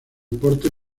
deporte